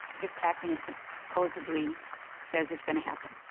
this acronym so supposedly says is going to happen.